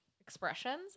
expressions